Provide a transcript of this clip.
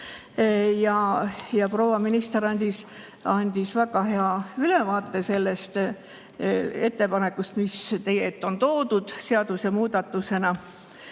Proua minister andis väga hea ülevaate sellest ettepanekust, mis teie ette on toodud seadusemuudatusena.